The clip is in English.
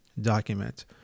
document